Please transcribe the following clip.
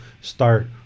start